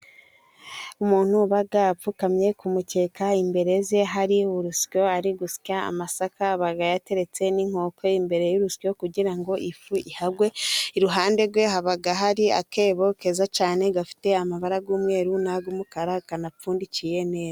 Umuntu uba apfukamye ku mukeka, imbere ze hari urusyo ari gusya amasaka, aba yateretse n'inkoko imbere y'urusyo, kugira ngo ifu ihagwe, iruhande rwe haba hari akebo keza cyane, gafite amabara y'umweru n'ay'umukara kanapfundikiye neza.